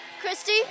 Christy